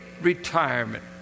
retirement